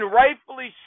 rightfully